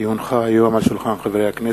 כי הונחה היום על שולחן הכנסת,